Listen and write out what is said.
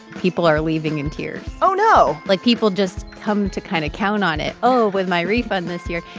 people are leaving in tears oh, no like, people just come to kind of count on it oh, with my refund this year.